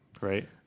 Right